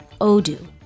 Odoo